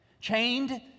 chained